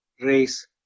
race